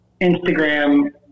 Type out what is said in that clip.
Instagram